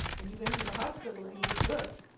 when you go into the hospital and give birth,